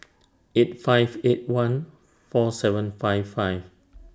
eight five eight one four seven five five